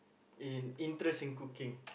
in interest in cooking